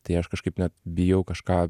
tai aš kažkaip net bijau kažką